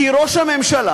כי ראש הממשלה